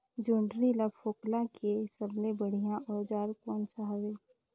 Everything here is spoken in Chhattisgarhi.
जोंदरी ला फोकला के सबले बढ़िया औजार कोन सा हवे?